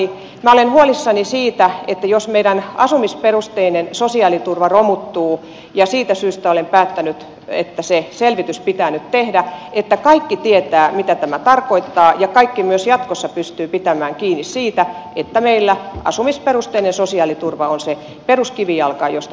minä olen huolissani siitä jos meidän asumisperusteinen sosiaaliturva romuttuu ja siitä syystä olen päättänyt että se selvitys pitää nyt tehdä että kaikki tietävät mitä tämä tarkoittaa ja kaikki myös jatkossa pystyvät pitämään kiinni siitä että meillä asumisperusteinen sosiaaliturva on se peruskivijalka josta ponnistetaan